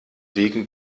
wegen